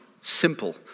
Simple